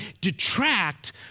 detract